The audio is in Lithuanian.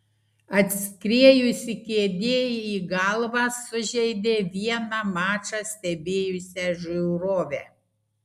atskriejusi kėdė į galvą sužeidė vieną mačą stebėjusią žiūrovę